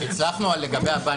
לגבי הבנקים,